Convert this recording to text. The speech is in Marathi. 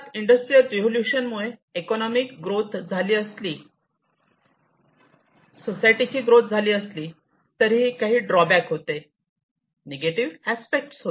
जगात इंडस्ट्रियल रिव्होल्यूशन मुळे इकॉनोमी ग्रोथ झाली असली झाले असले सोसायटीचे ग्रोथ झाली असली तरीही काही ड्रॉबॅक होते निगेटिव्ह अस्पेक्ट होते